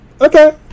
Okay